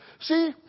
See